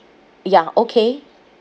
ya okay